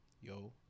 yo